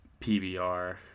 PBR